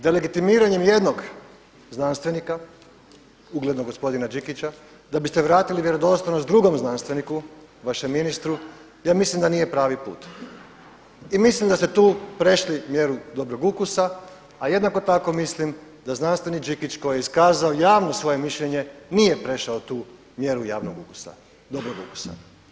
Delegitimiranjem jednog uglednog gospodina Đikića da biste vratili vjerodostojnost drugom znanstveniku vašem ministru ja mislim da nije pravi put i mislim da ste tu prešli mjeru dobrog ukusa, a jednako tako mislim da znanstvenik Đikić koji je iskazao javno svoje mišljenje nije prešao tu mjeru javnog ukusa, dobrog ukusa.